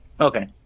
Okay